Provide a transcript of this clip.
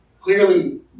clearly